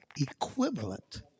equivalent